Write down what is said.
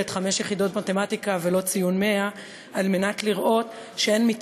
ולמשרתי השירות הלאומי-אזרחי מבוסס החישוב גם על